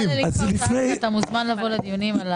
אתה מוזמן לבוא לדיונים.